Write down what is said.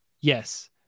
yes